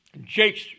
Jakes